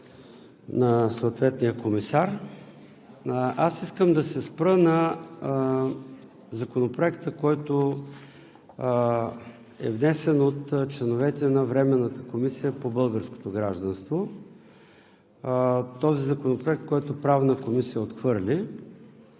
на съответния комисар. Аз искам да се спра на Законопроекта, който е внесен от членовете на Временната комисия по българското гражданство – този законопроект, който Правна комисия отхвърли.